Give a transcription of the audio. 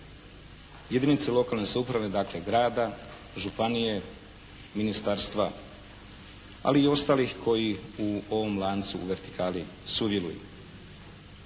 jedinice lokalne samouprave, dakle grada, županije, ministarstva ali i ostalih koji u ovom lancu u vertikali sudjeluju.